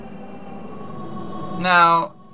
Now